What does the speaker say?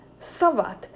Savat